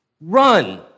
run